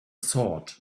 thought